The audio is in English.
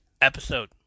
episode